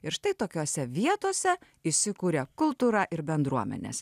ir štai tokiose vietose įsikuria kultūra ir bendruomenės